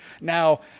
Now